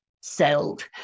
sailed